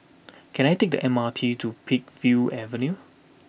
can I take the M R T to Peakville Avenue